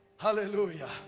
Hallelujah